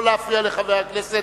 לא להפריע לחבר הכנסת.